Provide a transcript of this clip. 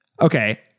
Okay